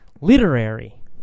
literary